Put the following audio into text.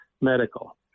medical